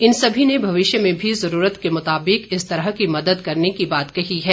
इन सभी ने भविष्य में भी जरूरत के मुताबिक इस तरह की मदद करने की बात कही है